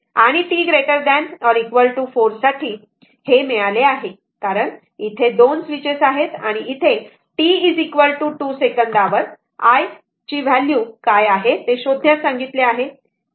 आणि t 4 साठी हे मिळाले आहे कारण इथे 2 स्विचेस आहेत आणि येथे t 2 सेकंदावर i ची व्हॅल्यू काय आहे ते शोधण्यास सांगितले आहे